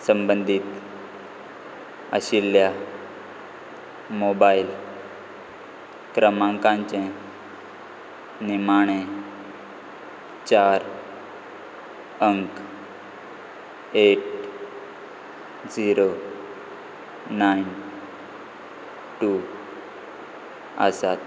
संबंदीत आशिल्ल्या मोबायल क्रमांकांचे निमाणे चार अंक एट झिरो नायन टू आसात